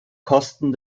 kosten